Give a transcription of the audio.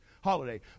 holiday